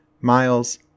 miles